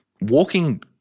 walking